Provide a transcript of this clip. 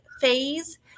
phase